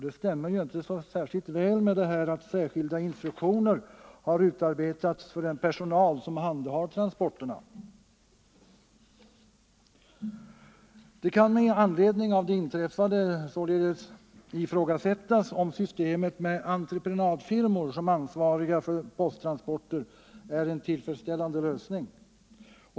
Det stäm= = mer inte särskilt väl med följande mening i svaret: ”Särskilda instruk — Om säkerheten vid tioner har utarbetats för den personal som handhar transporterna.” posttransporter Med anledning av det inträffade kan det således ifrågasättas om systemet med entreprenadfirmor som ansvariga för posttransporter är en tillfredsställande lösning.